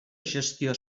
gestió